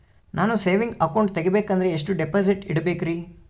ನಾನು saving account ತೆಗಿಬೇಕಂದರ ಎಷ್ಟು ಡಿಪಾಸಿಟ್ ಇಡಬೇಕ್ರಿ?